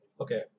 okay